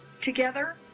together